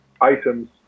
items